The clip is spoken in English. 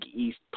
East